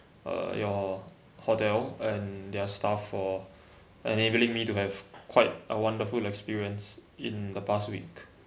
uh your hotel and their staff for enabling me to have quite a wonderful experience in the past week